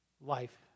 life